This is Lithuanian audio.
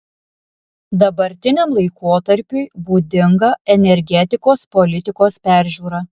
dabartiniam laikotarpiui būdinga energetikos politikos peržiūra